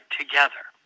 together